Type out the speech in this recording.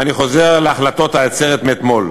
אני חוזר להחלטות העצרת מאתמול: